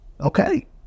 okay